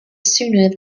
sooner